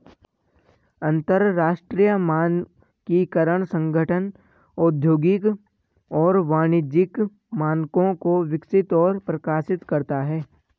अंतरराष्ट्रीय मानकीकरण संगठन औद्योगिक और वाणिज्यिक मानकों को विकसित और प्रकाशित करता है